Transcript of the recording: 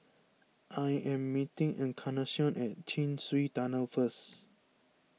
I am meeting Encarnacion at Chin Swee Tunnel first